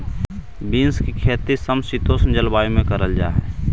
beans की खेती समशीतोष्ण जलवायु में करल जा हई